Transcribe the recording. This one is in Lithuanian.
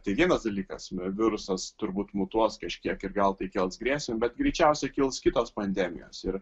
tai vienas dalykas virusas turbūt mutuos kažkiek ir gal tai kels grėsmę bet greičiausiai kils kitos pandemijos ir